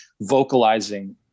vocalizing